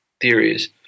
theories